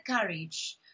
courage